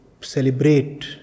celebrate